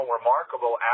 remarkable